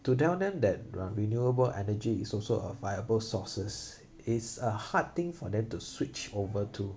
to tell them that uh renewable energy is also a viable sources is a hard thing for them to switch over to